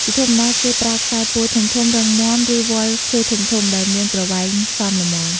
ជាធម្មតា គេប្រើខ្សែពួរធំៗ រឹងមាំ ឬវល្លិ៍ឈើធំៗ ដែលមានប្រវែងសមល្មម។